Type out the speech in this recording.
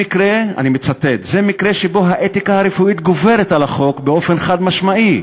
אני מצטט: "זה מקרה שבו האתיקה הרפואית גוברת על החוק באופן חד-משמעי,